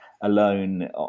alone